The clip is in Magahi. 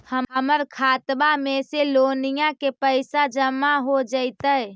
हमर खातबा में से लोनिया के पैसा जामा हो जैतय?